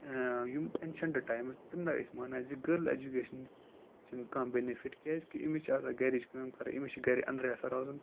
یِم ancient times تِم نَہ ٲسۍ مانان زِ گٔرل اٮ۪جُکیشَن چھِنہٕ کانٛہہ بٮ۪نِفِٹ کیٛازِکہِ أمِس چھِ آسان گَرِچ کٲم کَران أمِس چھِ گَرِ انٛدرَے آسان روزُن